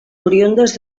oriündes